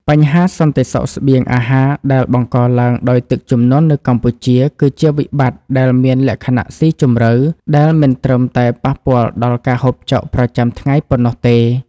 បញ្ហាសន្តិសុខស្បៀងអាហារដែលបង្កឡើងដោយទឹកជំនន់នៅកម្ពុជា គឺជាវិបត្តិដែលមានលក្ខណៈស៊ីជម្រៅ ដែលមិនត្រឹមតែប៉ះពាល់ដល់ការហូបចុកប្រចាំថ្ងៃប៉ុណ្ណោះទេ។